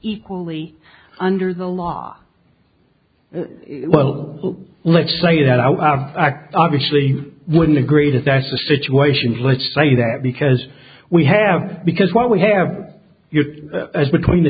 equally under the law well let's say that i obviously wouldn't agree that that's the situation let's say that because we have because what we have your as between the